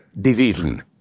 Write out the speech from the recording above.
division